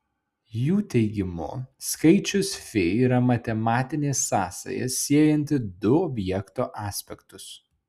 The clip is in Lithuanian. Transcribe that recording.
jų teigimu skaičius fi yra matematinė sąsaja siejanti du objekto aspektus